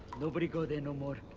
nobody go there no more.